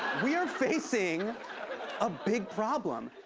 we are facing a big problem.